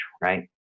right